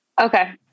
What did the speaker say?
Okay